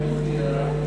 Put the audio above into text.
אני מודיע,